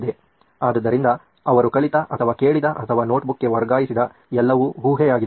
ಆದ್ದರಿಂದ ಅವರು ಕಲಿತ ಅಥವಾ ಕೇಳಿದ ಅಥವಾ ನೋಟ್ಬುಕ್ ಗೆ ವರ್ಗಾಯಿಸಿದ ಎಲ್ಲವೂ ಊಹೆಯಾಗಿದೆ